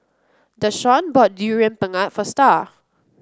Dashawn bought Durian Pengat for Star